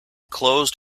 closed